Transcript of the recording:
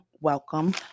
welcome